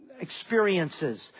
Experiences